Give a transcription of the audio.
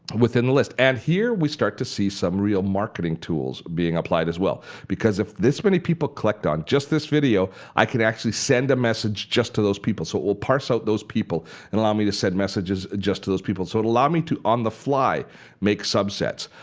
within the list. and here we start to see some real marketing tools being applied as well because if this many people clicked on just this video, i could actually send a message just to those people. so it will parse out those people and allow me to send messages just to those people. so it allows me to on the fly make subsets.